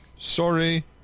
Sorry